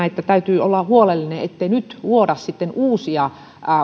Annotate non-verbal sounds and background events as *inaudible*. *unintelligible* että täytyy olla huolellinen ettei nyt luoda sitten uusia